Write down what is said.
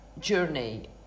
journey